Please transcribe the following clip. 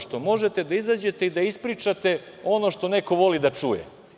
Što možete da izađete i da ispričate ono što neko voli da čuje.